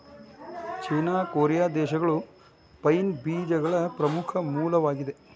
ಚೇನಾ, Korea ದೇಶಗಳು pine ಬೇಜಗಳ ಪ್ರಮುಖ ಮೂಲವಾಗಿದೆ